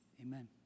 Amen